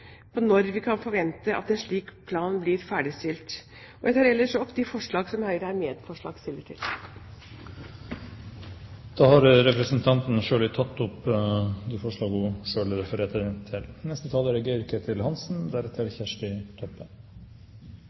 på når vi kan forvente at en slik plan blir ferdigstilt. Jeg tar ellers opp forslaget fra Høyre og Kristelig Folkeparti. Representanten Sonja Irene Sjøli har tatt opp det forslaget hun refererte til.